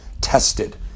tested